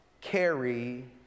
carry